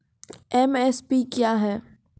MSP क्या है?